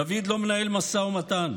דוד לא מנהל משא ומתן,